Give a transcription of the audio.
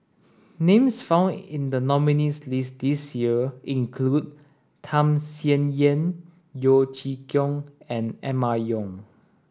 names found in the nominees' list this year include Tham Sien Yen Yeo Chee Kiong and Emma Yong